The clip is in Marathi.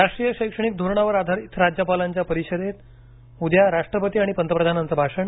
राष्ट्रीय शैक्षणिक धोरणावर आधारित राज्यपालांच्या परिषदेत उद्या राष्ट्रपती आणि पंतप्रधानांचं भाषण